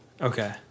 Okay